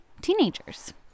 teenagers